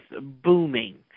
booming